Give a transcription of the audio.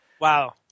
Wow